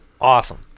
awesome